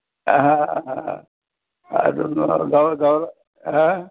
हां हां अजून गव गव हा